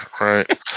right